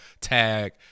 tag